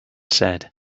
said